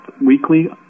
weekly